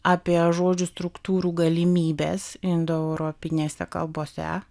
apie žodžių struktūrų galimybes indoeuropinėse kalbose